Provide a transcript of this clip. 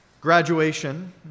graduation